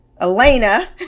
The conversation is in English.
Elena